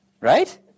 Right